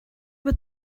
what